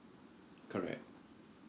correct